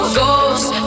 ghost